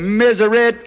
misery